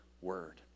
word